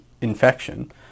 infection